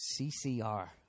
CCR